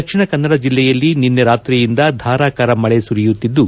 ದಕ್ಷಿಣ ಕನ್ನಡ ಜಿಲ್ಲೆಯಲ್ಲಿ ನಿನ್ನೆ ರಾತ್ರಿಯಿಂದ ಧಾರಾಕಾರ ಮಳೆ ಸುರಿಯುತ್ತಿದ್ದು